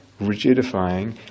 rigidifying